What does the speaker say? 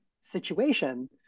situation